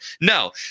No